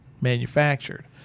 manufactured